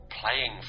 playing